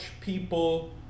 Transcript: people